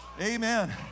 Amen